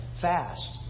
fast